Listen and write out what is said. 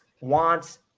wants